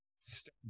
step